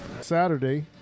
Saturday